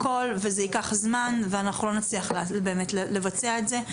ייקח זמן ואנחנו לא נצליח לבצע את זה.